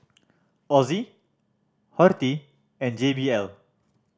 Ozi Horti and J B L